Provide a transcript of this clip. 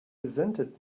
resented